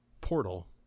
portal